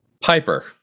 Piper